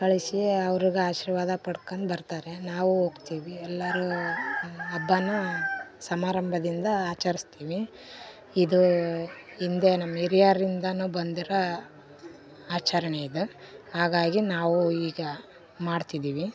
ಕಳಿಸಿ ಅವ್ರಿಗ ಆಶೀರ್ವಾದ ಪಡ್ಕೊಂಡು ಬರ್ತಾರೆ ನಾವೂ ಹೋಗ್ತೀವಿ ಎಲ್ಲರೂ ಹಬ್ಬನ ಸಮಾರಂಭದಿಂದ ಆಚರಿಸ್ತೀವಿ ಇದು ಹಿಂದೆ ನಮ್ಮ ಹಿರಿಯರ್ ಇಂದನೂ ಬಂದಿರೋ ಆಚರಣೆ ಇದು ಹಾಗಾಗಿ ನಾವು ಈಗ ಮಾಡ್ತಿದೀವಿ